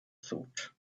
thought